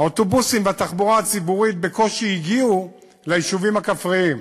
האוטובוסים והתחבורה הציבורית בקושי הגיעו ליישובים הכפריים,